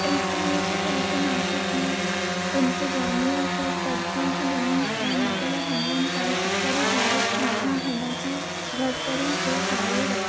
इल्तुतमिश सल्तनत जी इंतिजामिया खे तरतीब ॾिनी ऐं मुग़ल हमलनि ताईं उत्तरी भारत मथां हिन जी बरतरी जो पायो रखियो